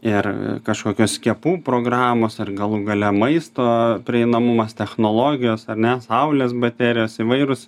ir kažkokios skiepų programos ar galų gale maisto prieinamumas technologijos ar ne saulės baterijos įvairūs